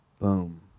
Boom